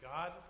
God